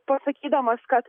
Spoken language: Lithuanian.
pasakydamas kad